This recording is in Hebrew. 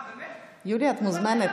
יוליה, את מוזמנת.